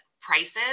prices